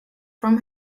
from